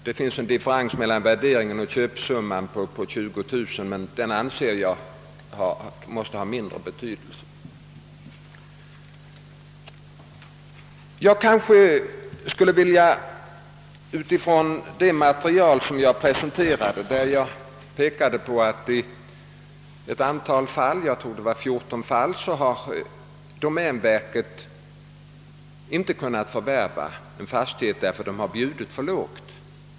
Det finns .nämligen en differens mellan värderingen och köpesumman på detta belopp, men den anser jag måste tillmätas mindre betydelse. Det material som jag presenterade visar att domänverket i ett antal fall — jag tror att det var 14 — inte kunnat förvärva fastigheten därför att dess bud varit för lågt.